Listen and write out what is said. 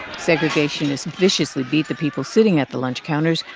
segregationists viciously beat the people sitting at the lunch counters.